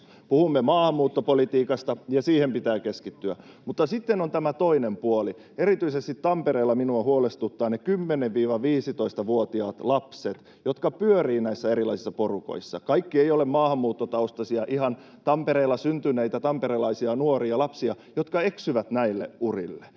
Puhumme maahanmuuttopolitiikasta, ja siihen pitää keskittyä, mutta sitten on tämä toinen puoli: Erityisesti Tampereella minua huolestuttavat ne 10—15-vuotiaat lapset, jotka pyörivät näissä erilaisissa porukoissa. Kaikki eivät ole maahanmuuttotaustaisia — ihan Tampereella syntyneitä, tamperelaisia nuoria ja lapsia, jotka eksyvät näille urille